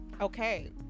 Okay